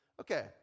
Okay